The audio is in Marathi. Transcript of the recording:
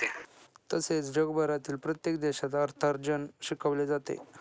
तसेच जगभरातील प्रत्येक देशात अर्थार्जन शिकवले जाते